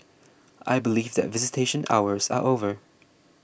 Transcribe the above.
I believe that visitation hours are over